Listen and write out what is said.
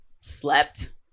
slept